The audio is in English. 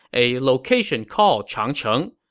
a location called changcheng.